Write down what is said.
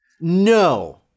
No